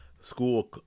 school